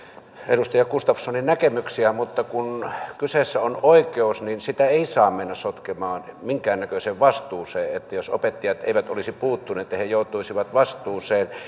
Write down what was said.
edustaja gustafssonin näkemyksiä mutta kun kyseessä on oikeus niin sitä ei saa mennä sotkemaan minkäännäköiseen vastuuseen eli siihen jos opettajat eivät olisi puuttuneet ja he joutuisivat vastuuseen